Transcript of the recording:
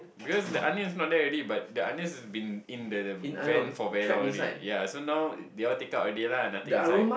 because the onion is not there already but the onions been in the van for very long already yea so now they all take out already lah nothing inside